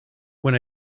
when